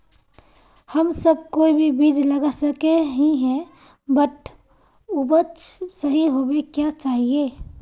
हम सब कोई भी बीज लगा सके ही है बट उपज सही होबे क्याँ चाहिए?